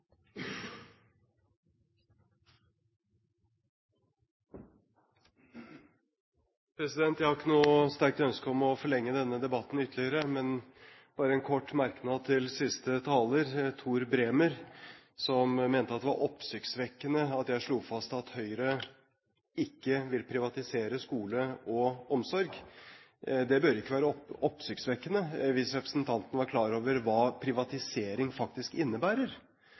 Tor Bremer, som mente at det var oppsiktsvekkende at jeg slo fast at Høyre ikke vil privatisere skole og omsorg. Det bør ikke være oppsiktsvekkende hvis representanten er klar over hva privatisering faktisk innebærer.